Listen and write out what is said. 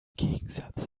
gegensatz